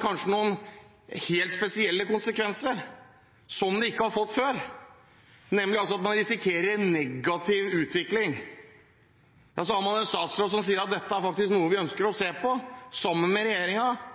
kanskje får noen helt spesielle konsekvenser, nemlig at man risikerer en negativ utvikling. Ja, så har man en statsråd som sier at dette faktisk er noe som han ønsker å se på, sammen med